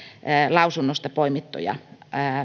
lausunnosta poimittuja